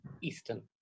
Eastern